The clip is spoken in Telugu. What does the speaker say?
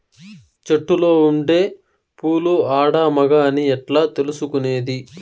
చెట్టులో ఉండే పూలు ఆడ, మగ అని ఎట్లా తెలుసుకునేది?